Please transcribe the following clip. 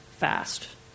fast